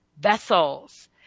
Vessels